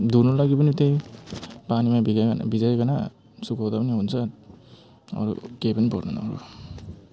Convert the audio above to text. धुन लागि पनि त्यही पानीमा भिजायो भने भिजायो भने सुकाउँदा पनि हुन्छ अरू केही पनि पर्दैन